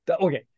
Okay